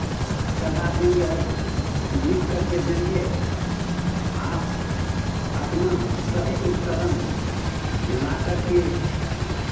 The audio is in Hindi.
सलाह देंगे और लिख करके देंगे आप अपना सही उपकरन ला करके